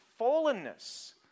fallenness